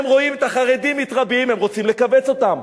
הם רואים את החרדים מתרבים, הם רוצים לכווץ אותם.